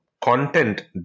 content